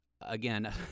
again